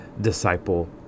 disciple